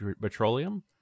Petroleum